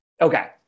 okay